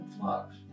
flux